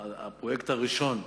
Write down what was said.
הפרויקט הראשון,